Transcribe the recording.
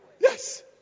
yes